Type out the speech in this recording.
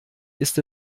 ist